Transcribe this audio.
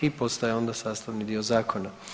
I postaje onda sastavni dio zakona.